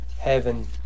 heaven